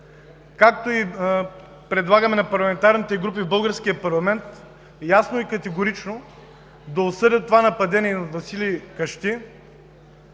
а предлагаме и на парламентарните групи в българския парламент ясно и категорично да осъдят това нападение над Василий Кащи,